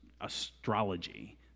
astrology